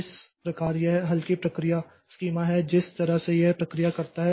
इस प्रकार यह हल्की प्रक्रिया स्कीमा है जिस तरह से यह प्रक्रिया करता है